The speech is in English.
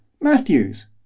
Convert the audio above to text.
Matthews